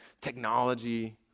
technology